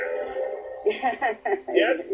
Yes